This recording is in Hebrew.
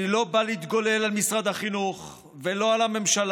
אני לא בא להתגולל על משרד החינוך ולא על הממשלה,